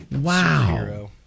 Wow